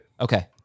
Okay